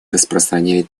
распространили